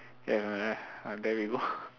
ya it's on the left uh there we go